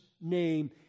name